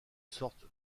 sorte